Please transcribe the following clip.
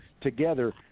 together